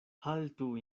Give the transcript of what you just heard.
haltu